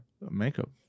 Makeup